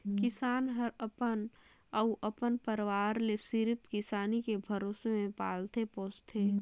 किसान हर अपन अउ अपन परवार ले सिरिफ किसानी के भरोसा मे पालथे पोसथे